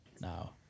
now